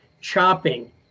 chopping